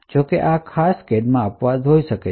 જો કે આ ખાસ કેસમાં એક્સેપસન છે